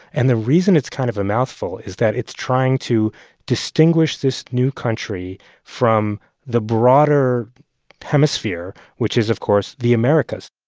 and the reason it's kind of a mouthful is that it's trying to distinguish this new country from the broader hemisphere which is, of course, the americas.